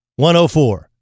104